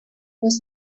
was